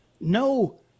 no